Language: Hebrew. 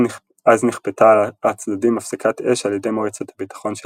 אז נכפתה על הצדדים הפסקת אש על ידי מועצת הביטחון של